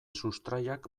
sustraiak